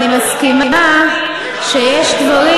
אני מסכימה שיש דברים